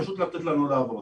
פשוט לתת לנו לעבוד.